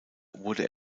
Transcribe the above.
wurde